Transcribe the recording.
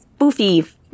boofy